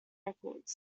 records